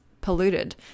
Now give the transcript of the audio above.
polluted